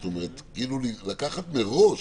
זאת אומרת שלקחת מראש